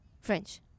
French